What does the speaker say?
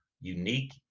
unique